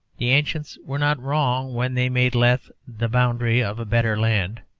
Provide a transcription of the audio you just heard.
the ancients were not wrong when they made lethe the boundary of a better land